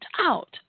out